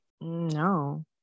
No